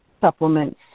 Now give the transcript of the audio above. supplements